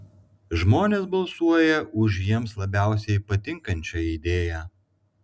žmonės balsuoja už jiems labiausiai patinkančią idėją